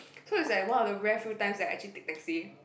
so it's like one of the rare few times that I actually take taxi